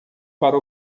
para